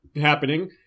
happening